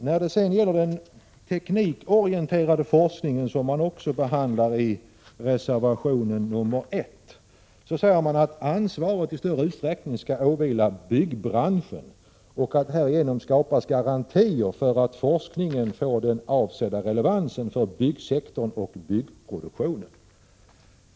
När det gäller den teknikorienterade forskningen, som också behandlas i reservation 1, säger man att ansvaret i större utsträckning skall åvila byggbranschen och att det därigenom skapas garantier för att forskningen får den avsedda relevansen för byggsektorn och byggproduktionen.